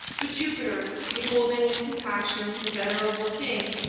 but jupiter, beholding with compassion the venerable king,